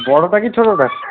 ବଡ଼ ଟା କି ଛୋଟ ଟା